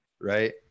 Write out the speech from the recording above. right